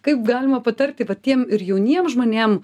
kaip galima patarti va tiem ir jauniem žmonėm